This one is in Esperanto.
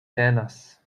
tenas